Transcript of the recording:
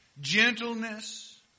gentleness